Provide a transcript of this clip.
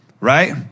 Right